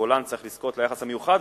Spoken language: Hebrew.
הגולן צריך לזכות ליחס המיוחד.